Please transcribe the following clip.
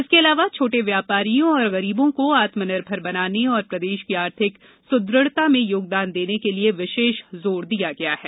इसके अलावा छोटे व्यापारियों और गरीबों को आत्मनिर्भर बनाने और प्रदेश की आर्थिक सुदृढ़ता में योगदान देने के लिये विशेष जोर दिया गया है